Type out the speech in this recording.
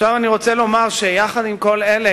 עכשיו אני רוצה לומר שיחד עם כל אלה,